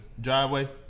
driveway